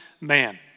man